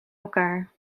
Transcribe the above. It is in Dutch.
elkaar